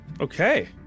okay